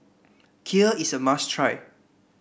kheer is a must try